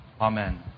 Amen